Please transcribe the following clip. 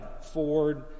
Ford